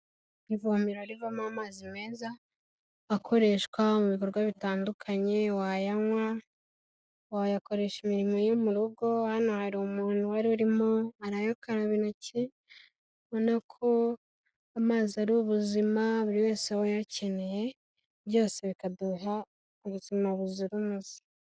Ivomero rivamo amazi meza akoreshwa mu bikorwa bitandukanye wayanywa, wayakoresha imirimo yo mu rugo, hano hari umuntu waririmo arayakaraba intoki ubona ko amazi ari ubuzima buri wese aba ayakeneye byose bikaduha ubuzima buzira umuze.